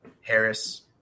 Harris